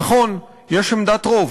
נכון, יש עמדת רוב,